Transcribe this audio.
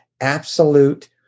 absolute